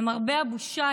למרבה הבושה,